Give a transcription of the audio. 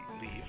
leave